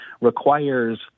requires